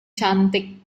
cantik